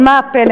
אז מה הפלא,